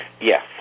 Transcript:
Yes